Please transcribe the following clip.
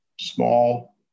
small